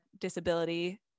disability